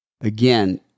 again